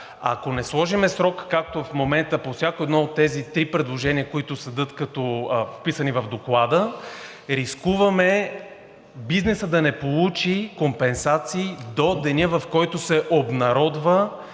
Ако не сложим срок, както е в момента по всяко едно от тези три предложения, които седят като вписани в Доклада, рискуваме бизнесът да не получи компенсации до деня, в който се обнародва